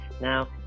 now